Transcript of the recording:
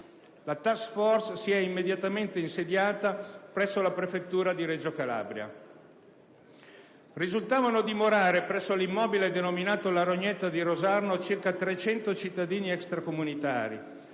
La *task force* si è immediatamente insediata presso la prefettura di Reggio Calabria. Risultavano dimorare presso l'immobile denominato la Rognetta di Rosarno circa 300 cittadini extracomunitari;